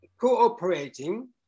cooperating